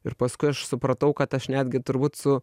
ir paskui aš supratau kad aš netgi turbūt su